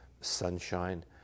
sunshine